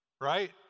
right